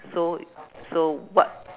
so so what